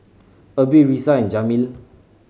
Erby Risa and Jameel